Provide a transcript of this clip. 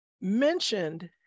mentioned